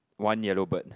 one yellow bird